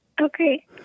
Okay